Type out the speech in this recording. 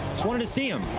sort of to see him.